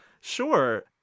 Sure